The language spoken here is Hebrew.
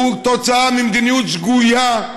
הוא תוצאה של מדיניות שגויה,